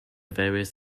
various